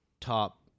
top